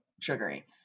sugary